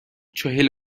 چهل